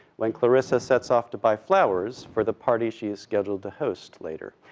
when clarissa sets off to buy flowers for the party she is scheduled to host later.